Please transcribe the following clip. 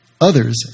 Others